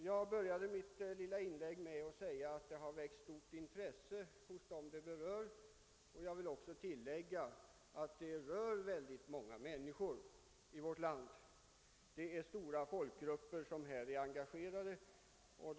Jag började mitt lilla inlägg med att säga att förslaget har väckt stort intresse hos dem det berör. Jag vill tilllägga att det är stora folkgrupper som är engagerade på detta område.